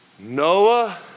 Noah